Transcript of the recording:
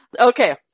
Okay